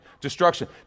destruction